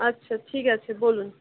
আচ্ছা ঠিক আছে বলুন